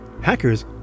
hackers